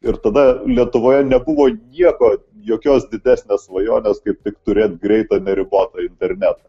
ir tada lietuvoje nebuvo nieko jokios didesnės svajonės kaip tik turėti greitą neribotą internetą